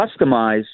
customize